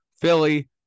Philly